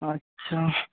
আচ্ছা